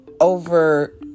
over